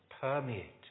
permeate